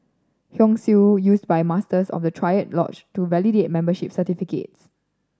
Hung Seal used by Masters of the triad lodge to validate membership certificates